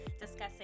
discussing